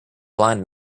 blind